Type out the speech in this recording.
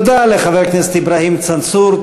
תודה לחבר הכנסת אברהים צרצור.